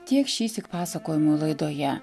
tiek šįsyk pasakojimų laidoje